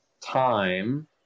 time